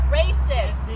racist